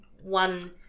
one